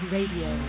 Radio